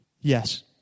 Yes